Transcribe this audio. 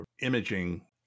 imaging